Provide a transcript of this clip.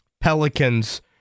Pelicans